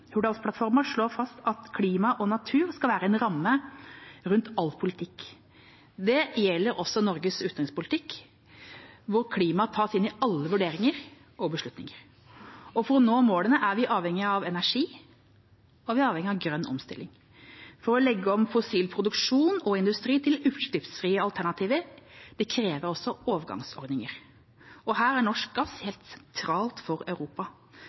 Hurdalsplattformen slår fast at klima og natur skal være en ramme rundt all politikk. Det gjelder også Norges utenrikspolitikk, hvor klima tas inn i alle vurderinger og beslutninger. For å nå målene er vi avhengig av energi og grønn omstilling. For å legge om fossil produksjon og industri til utslippsfrie alternativ kreves overgangsløsninger. Her er norsk gass helt sentralt for Europa.